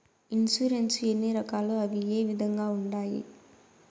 insurance ఎన్ని రకాలు అవి ఏ విధంగా ఉండాయి